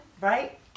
right